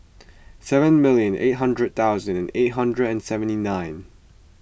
seven million eight hundred thousand eight hundred and seventy nine